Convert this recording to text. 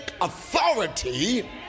authority